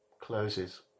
closes